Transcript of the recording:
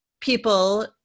people